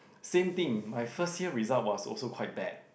same thing my first year result was also quite bad